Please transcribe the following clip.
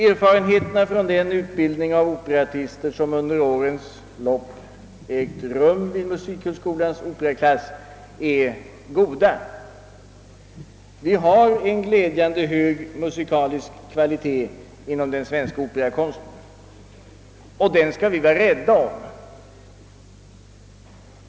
Erfarenheterna från den utbildning av operaartister som under årens lopp ägt rum i musikhögskolans operaklass är goda. Vi har en glädjande hög musikalisk kvalitet inom den svenska operakonsten, och den skall vi vara rädda om.